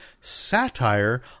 satire